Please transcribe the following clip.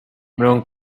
mirongo